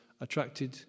attracted